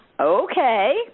okay